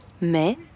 Mais